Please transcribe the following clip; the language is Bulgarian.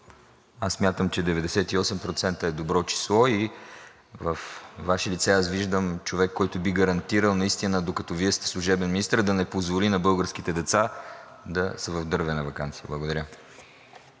Аз смятам, че 98% е добро число и във Ваше лице аз виждам човек, който би гарантирал наистина, докато Вие сте служебен министър, да не позволи на българските деца да са в дървена ваканция. Благодаря.